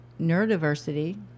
neurodiversity